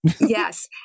Yes